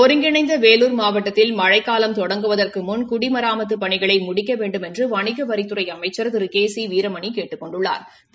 ஒருங்கிணைந்த வேலூர் மாவட்டத்தில் மழைக்காலம் தொடங்குவதற்கு முன் குடிமராமத்துப் பணிகளை முடிக்க வேண்டுமென்று வணிக வரித்துறை அமைச்ச் திரு கே சி வீரமணி கேட்டுக் கொண்டுள்ளாா்